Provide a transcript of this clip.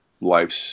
life's